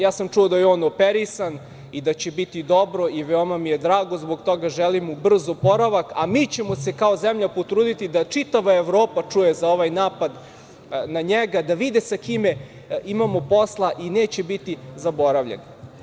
Ja sam čuo da je on operisan i da će biti dobro i veoma mi je drago zbog toga, želim mu brz oporavak a mi ćemo se kao zemlja potruditi da čitava Evropa čuje za ovaj napad na njega, da vide s kime imamo posla i neće biti zaboravljen.